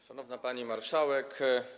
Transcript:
Szanowna Pani Marszałek!